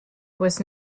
was